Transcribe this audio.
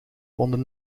onder